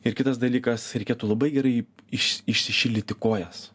ir kitas dalykas reikėtų labai gerai iš išsišildyti kojas